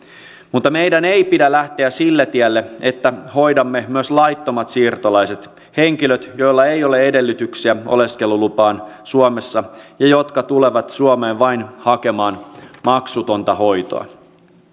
mutta meidän ei pidä lähteä sille tielle että hoidamme myös laittomat siirtolaiset henkilöt joilla ei ole edellytyksiä oleskelulupaan suomessa ja jotka tulevat suomeen vain hakemaan maksutonta hoitoa